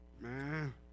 Man